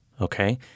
okay